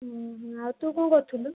ଆଉ ତୁ କ'ଣ କରୁଥିଲୁ